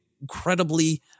incredibly